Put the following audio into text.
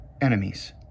enemies